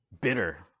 bitter